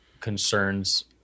concerns